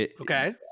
Okay